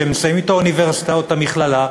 שמסיימים את האוניברסיטה או את המכללה,